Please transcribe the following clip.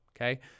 Okay